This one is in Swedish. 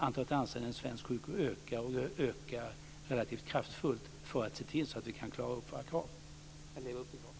Antalet anställda inom svensk sjukvård ökar relativt kraftfullt för att vi ska kunna leva upp till de krav som ställs.